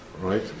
right